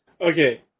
Okay